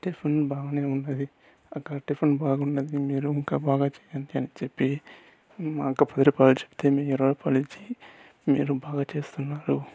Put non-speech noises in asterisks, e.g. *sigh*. tiffin బాగానే ఉన్నది అక్కడ టిఫిన్ బాగున్నది మీరు ఇంకా బాగా చేయండి అని చెప్పి *unintelligible* ఇరవై రూపాయలు ఇచ్చి మీరు బాగా చేస్తున్నారు